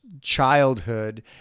childhood